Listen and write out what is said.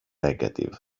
negative